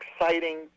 exciting